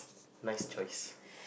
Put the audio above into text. nice choice